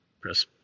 press